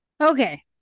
Okay